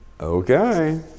Okay